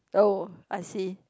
oh I see